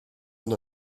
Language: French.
dans